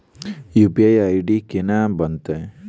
UPI ID केना बनतै?